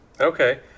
Okay